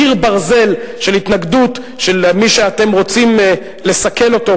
"קיר ברזל" של התנגדות של מי שאתם רוצים לסכל אותו,